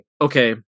okay